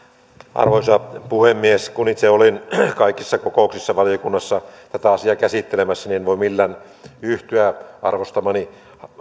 arvoisa puhemies kun itse olin kaikissa kokouksissa valiokunnassa tätä asiaa käsittelemässä niin en voi millään yhtyä arvostamani